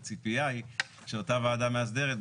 הציפייה היא שאותה ועדה מסדרת,